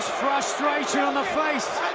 frustration on the face.